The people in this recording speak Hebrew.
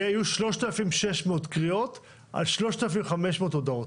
היו 3,600 קריאות על 3,500 הודעות.